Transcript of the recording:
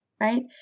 right